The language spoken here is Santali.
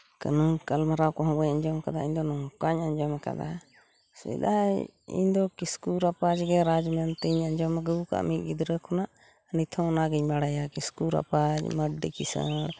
ᱠᱟᱹᱦᱚᱱᱤ ᱜᱟᱞᱢᱟᱨᱟᱣ ᱠᱚᱦᱚᱸ ᱵᱟᱹᱧ ᱟᱸᱡᱚᱢ ᱠᱟᱫᱟ ᱤᱧᱫᱚ ᱱᱚᱝᱠᱟᱧ ᱟᱸᱡᱚᱢ ᱠᱟᱫᱟ ᱥᱮᱫᱟᱭ ᱤᱧᱫᱚ ᱠᱤᱥᱠᱩ ᱨᱟᱯᱟᱡᱽ ᱜᱮ ᱨᱟᱡᱽ ᱢᱮᱱᱛᱮᱧ ᱟᱸᱡᱚᱢ ᱟᱹᱜᱩ ᱟᱠᱟᱫᱟ ᱢᱤᱫ ᱜᱤᱫᱽᱨᱟᱹ ᱠᱷᱚᱱᱟᱜ ᱱᱤᱛ ᱦᱚᱸ ᱚᱱᱟᱜᱤᱧ ᱵᱟᱲᱟᱭᱟ ᱠᱤᱥᱠᱩ ᱨᱟᱯᱟᱡᱽ ᱢᱟᱱᱰᱤ ᱠᱤᱥᱟᱹᱲ